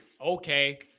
Okay